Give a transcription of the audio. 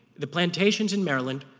the plantations in maryland,